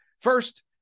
First